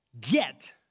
get